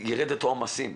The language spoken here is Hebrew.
ואז ירדו העומסים,